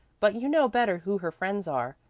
but you know better who her friends are.